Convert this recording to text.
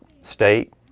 state